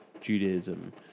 Judaism